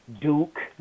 Duke